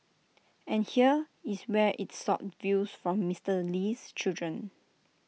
and here is where IT sought views from Mister Lee's children